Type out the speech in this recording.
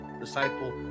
Disciple